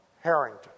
Harrington